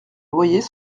loyers